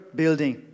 building